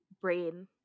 brain